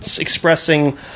expressing